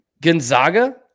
Gonzaga